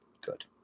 good